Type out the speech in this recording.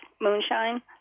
moonshine